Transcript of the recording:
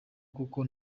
kuko